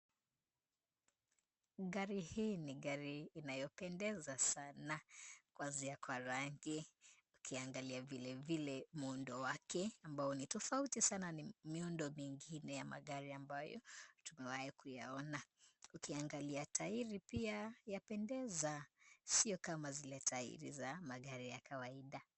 Gari hii ni gari inayopendeza sana, kuanzia kwa rangi, ukiangalia vilevile muundo wake, ambao ni tofauti sana na miundo mingine ya magari ambayo tumewahi kuyaona. Ukiangalia tairi, pia yapendeza, sio kama zile tairi ya magari ya kawaida.